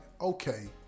okay